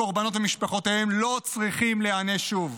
הקורבנות ומשפחותיהם לא צריכים להיענש שוב.